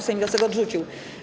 Sejm wniosek odrzucił.